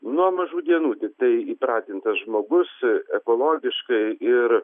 nuo mažų dienų tiktai įpratintas žmogus ekologiškai ir